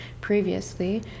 previously